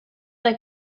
like